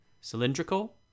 Cylindrical